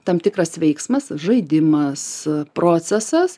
tam tikras veiksmas žaidimas procesas